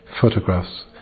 photographs